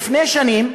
לפני שנים,